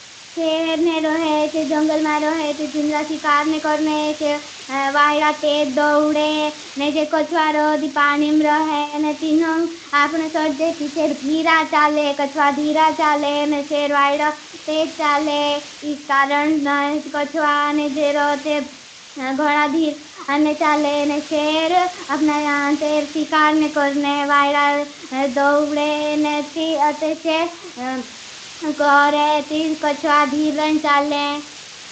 शेर ने रोहे चे जंगल में रोहे ती तिन्रा शीकार ने करने चे। वाइड़ा ते दोवड़े ने जे कच्छवा रोधी पानिम रोहे ने तीनंग। आपने सोचे की चे धीरा चाले कच्छवा धीरा चाले ने। शेर वाइड़ा ते चाले इसकारण ने जे। कच्छवा ने जे रो कच्छवा धीरा चाले ने शेर अपना यहां ते शीकार ने करने वाइड़ा। दोवड़े ने ती अते चे कच्छवा धीरा चाले।